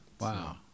Wow